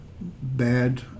bad